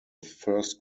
first